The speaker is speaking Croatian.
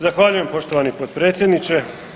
Zahvaljujem poštovani potpredsjedniče.